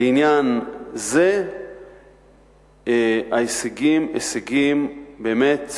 בעניין זה ההישגים באמת